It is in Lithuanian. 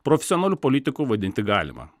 profesionaliu politiku vadinti galima